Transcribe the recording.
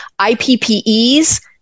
IPPEs